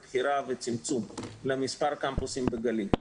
בחירה וצמצום למספר הקמפוסים בגליל.